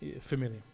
Familiar